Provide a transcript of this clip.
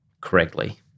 correctly